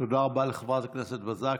תודה רבה לחברת הכנסת בָּזָק.